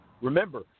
Remember